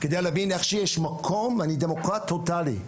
כדי להבין איך שיש מקום, אני דמוקרט טוטאלי,